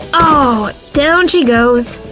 ah down she goes.